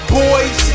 boys